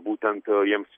būtent jiems